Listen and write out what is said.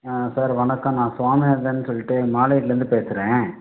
ஆ sir வணக்கம் நான் சுவாமிநாதன் சொல்லிட்டு மாலையீட்லேருந்து பேசுகிறேன்